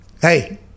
Hey